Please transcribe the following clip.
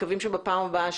מקווים בפעם הבאה